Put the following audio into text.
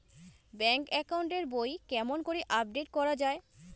Bank account এর বই কেমন করি আপডেট করা য়ায়?